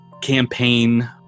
campaign